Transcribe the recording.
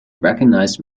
recognized